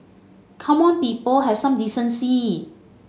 come on people have some decency